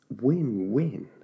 win-win